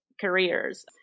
careers